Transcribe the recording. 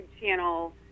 channel